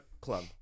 club